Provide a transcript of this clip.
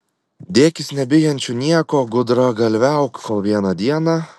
dėkis nebijančiu nieko gudragalviauk kol vieną dieną